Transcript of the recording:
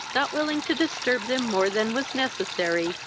not willing to disturb them more than was necessary,